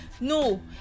No